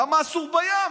למה אסור בים?